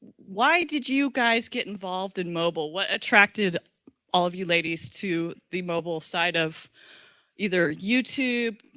why did you guys get involved in mobile? what attracted all of you ladies to the mobile side of either youtube,